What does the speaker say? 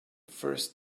first